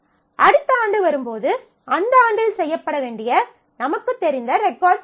அடுத்த ஆண்டு வரும்போது அந்த ஆண்டில் செய்யப்பட வேண்டிய நமக்குத் தெரிந்த ரெகார்ட்ஸ் தேவை